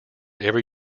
every